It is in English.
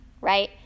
right